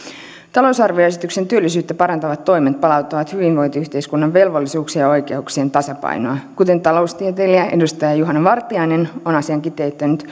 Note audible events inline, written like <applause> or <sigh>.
talousarvioesityksen työllisyyttä parantavat toimet palauttavat hyvinvointiyhteiskunnan velvollisuuksien ja oikeuksien tasapainoa kuten taloustieteilijä edustaja juhana vartiainen on asian kiteyttänyt <unintelligible>